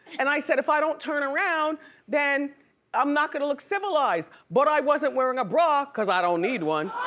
and i said if i don't turn around then i'm not gonna look civilized, but i wasn't wearing a bra cause i don't need one,